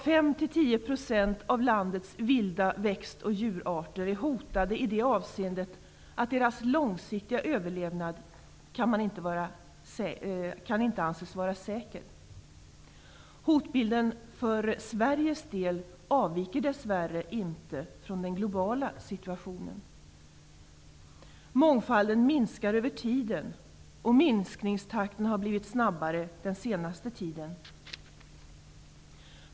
5--10 % av landets vilda växt och djurarter är hotade i det avseendet att deras långsiktiga överlevnad inte kan anses vara säker. Hotbilden för Sveriges del avviker dess värre inte från den globala situationen. Mångfalden minskar över tiden, och minskningstakten har blivit snabbare den senaste tiden.